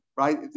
right